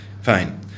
Fine